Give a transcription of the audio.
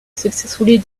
successfully